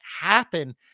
happen